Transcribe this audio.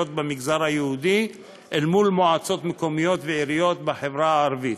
במגזר היהודי למועצות מקומיות ועיריות בחברה הערבית.